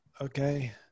Okay